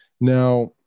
Now